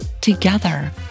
Together